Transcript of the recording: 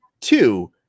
Two